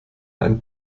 ein